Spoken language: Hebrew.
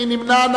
מי נמנע?